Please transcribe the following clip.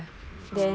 ah